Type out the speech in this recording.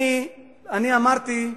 אני אמרתי,